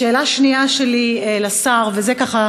שאלה שנייה שלי לשר, וזה, ככה,